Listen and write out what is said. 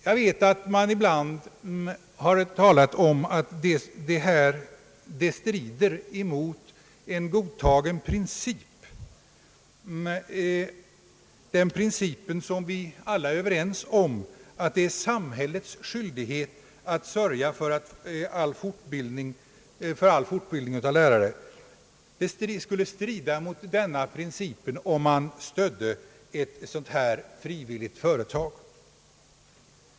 Jag vet att det ibland har talats om att statsbidrag till denna verksamhet strider mot en godtagen princip — en princip som vi alla är överens om, nämligen att det är samhällets skyldighet att sörja för all fortbildning av lärare. Det skulle nämligen strida mot denna princip, om staten skulle stödja ett sådant här frivilligt företag.